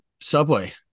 subway